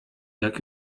jak